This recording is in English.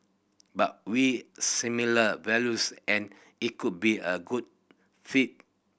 but we similar values and it could be a good fit